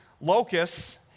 locusts